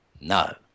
no